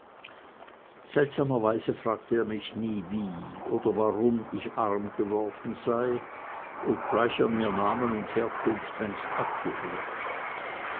seltsamerweise fragte er mich nie wie oder warum ich arm geworden sei obgleich er mir namen und herkunft längst abgehört